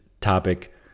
topic